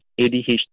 ADHD